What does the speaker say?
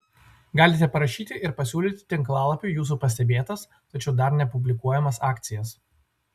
galite parašyti ir pasiūlyti tinklalapiui jūsų pastebėtas tačiau dar nepublikuojamas akcijas